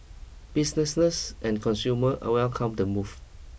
businesses and consumer are welcomed the move